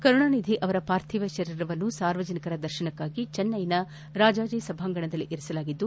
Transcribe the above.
ಕರುಣಾನಿಧಿ ಅವರ ಪಾರ್ಥಿವ ಶರೀರವನ್ನು ಸಾರ್ವಜನಿಕರ ದರ್ಶನಕ್ಕಾಗಿ ಚೆನ್ನೈನ ರಾಜಾಜಿ ಸಭಾಂಗಣದಲ್ಲಿ ಇರಿಸಲಾಗಿದ್ದು